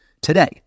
Today